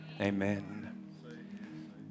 amen